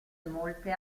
molte